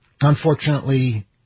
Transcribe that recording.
unfortunately